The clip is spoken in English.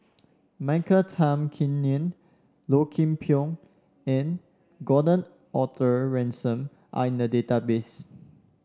Michael Tan Kim Nei Low Kim Pong and Gordon Arthur Ransome are in the database